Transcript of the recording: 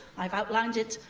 i've outlined it,